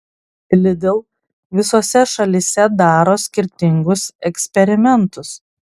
lidl visose šalyse daro skirtingus eksperimentus